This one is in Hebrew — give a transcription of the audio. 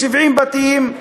70 בתים,